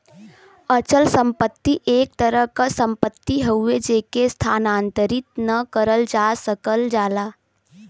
अचल संपत्ति एक तरह क सम्पति हउवे जेके स्थानांतरित न करल जा सकल जाला